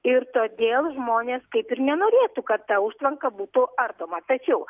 ir todėl žmonės kaip ir nenorėtų kad ta užtvanka būtų ardoma tačiau